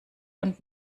und